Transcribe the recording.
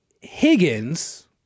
Higgins